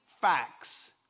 facts